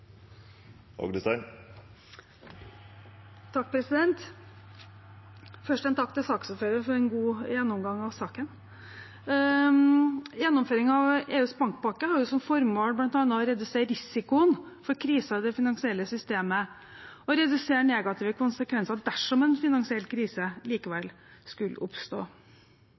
en takk til saksordføreren for en god gjennomgang av saken. Gjennomføringen av EUs bankpakke har bl.a. som formål å redusere risikoen for kriser i det finansielle systemet og redusere negative konsekvenser dersom en finansiell krise likevel skulle oppstå.